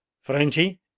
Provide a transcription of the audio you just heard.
Franti